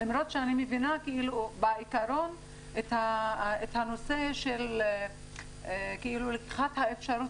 למרות שאני מבינה את הנושא של לקיחת האפשרות